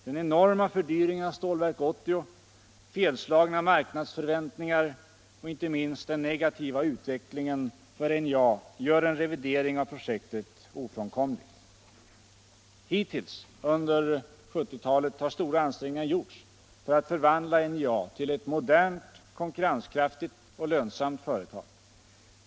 Den enorma fördyringen av Stålverk 80, felslagna marknadsförväntningar och inte minst den negativa utvecklingen för NJA gör en revidering av projektet ofrånkomlig. Hittills under 1970-talet har stora ansträngningar gjorts för att förvandla NJA till ett modernt, konkurrenskraftigt och lönsamt företag.